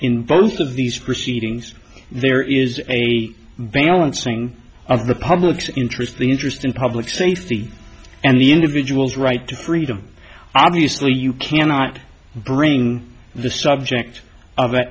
in both of these proceedings there is a balancing of the public's interest the interest in public safety and the individual's right to freedom obviously you cannot bring the subject of